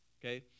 Okay